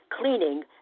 cleaning